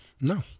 No